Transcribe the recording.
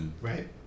Right